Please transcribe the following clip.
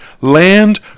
land